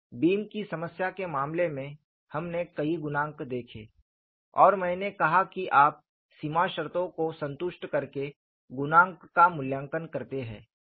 beam की समस्या के मामले में हमने कई गुणांक देखे और मैंने कहा कि आप सीमा शर्तों को संतुष्ट करके गुणांक का मूल्यांकन करते हैं